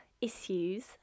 issues